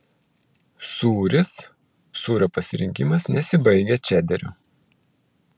sūris sūrio pasirinkimas nesibaigia čederiu